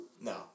No